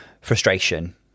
frustration